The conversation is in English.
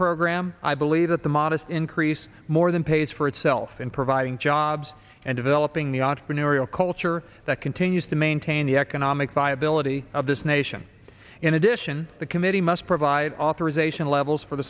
program i believe that the modest increase more than pays for itself in providing jobs and developing the entrepreneurial culture that continues to maintain the economic viability of this nation in addition the committee must provide authorization levels for the